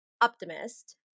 optimist